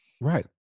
Right